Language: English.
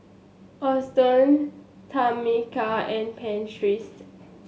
Auston Tamika and Prentiss